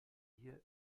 wir